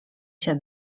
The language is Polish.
się